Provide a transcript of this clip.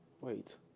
wait